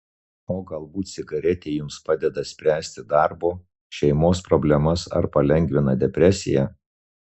o galbūt cigaretė jums padeda spręsti darbo šeimos problemas ar palengvina depresiją